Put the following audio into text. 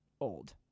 old